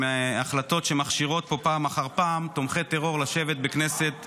החלטות שפעם אחר פעם מכשירות פה תומכי טרור לשבת בכנסת ישראל.